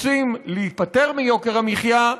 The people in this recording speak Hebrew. רוצים להיפטר מיוקר המחיה?